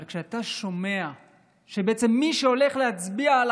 אבל כשאתה שומע שבעצם מי שהולך להצביע על